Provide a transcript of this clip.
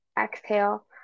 exhale